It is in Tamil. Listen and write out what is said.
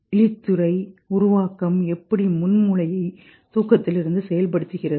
விழித்திரை உருவாக்கம்எப்படி முன்மூளையை தூக்கத்திலிருந்து செயல்படுத்துகிறது